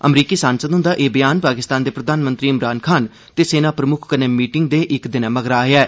अमरीकी सांसद हुंदा एह् बयान पाकिस्तान दे प्रधानमंत्री इमरान खान ते सेना प्रमुक्ख कन्नै मीटिंग दे इक दिनै मगरा आया ऐ